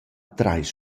trais